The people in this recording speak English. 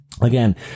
Again